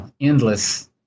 endless